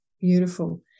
Beautiful